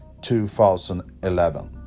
2011